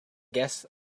guess